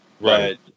Right